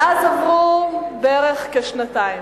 מאז עברו בערך שנתיים.